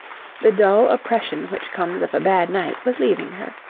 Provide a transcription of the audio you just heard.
the dull oppression which comes of a bad night was leaving her.